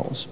goals